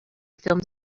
filmed